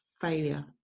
failure